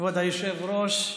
כבוד היושב-ראש,